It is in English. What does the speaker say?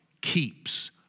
keeps